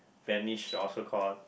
vanish or so call